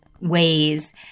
ways